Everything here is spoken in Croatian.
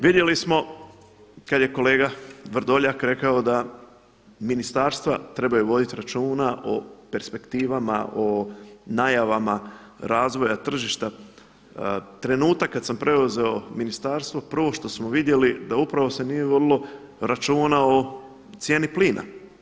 Vidjeli smo kad je kolega Vrdoljak rekao da ministarstva trebaju voditi računa o perspektivama, o najavama razvoja tržišta, trenutak kad sam preuzeo ministarstvo prvo što smo vidjeli da upravo se nije vodilo računa o cijeni plina.